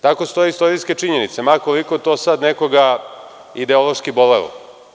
Tako stoji istorijska činjenica, ma koliko to sad nekoga ideološki bolelo.